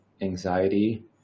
anxiety